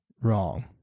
wrong